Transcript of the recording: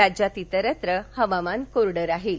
राज्यात इतरत्र हवामान कोरडं राहील